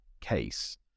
case